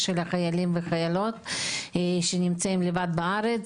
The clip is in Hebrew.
של החיילים והחיילות שנמצאים לבד בארץ,